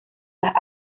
las